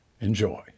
Enjoy